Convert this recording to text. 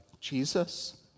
Jesus